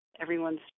everyone's